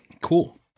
Cool